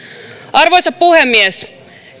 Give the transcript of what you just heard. arvoisa puhemies